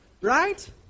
right